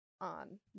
on